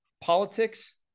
politics